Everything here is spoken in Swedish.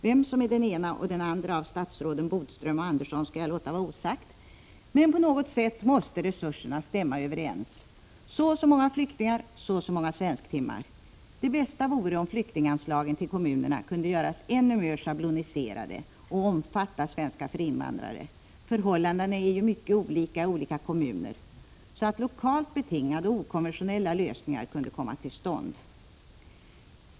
Vem som är den ena och den andra av statsråden Bodström och Andersson skall jag låta vara osagt, men på något sätt måste resurserna stämma överens — så och så många flyktingar, så och så många svensktimmar. Det bästa vore om flyktinganslagen till kommunerna kunde göras ännu mer schabloniserade och omfatta svenska för invandrare — förhållandena är mycket olika i olika kommuner — så att lokalt betingade och ik anventionella lösningar kunde komma till stånd.